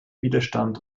widerstand